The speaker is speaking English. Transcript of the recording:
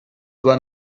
one